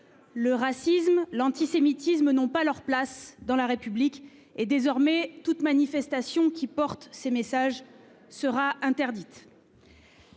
Le racisme et l'antisémitisme n'ont pas leur place dans la République. Désormais, toute manifestation portant de tels messages sera interdite.